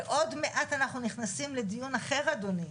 ועוד מעט אנחנו נכנסים לדיון אחר, אדוני,